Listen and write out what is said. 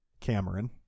Cameron